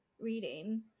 reading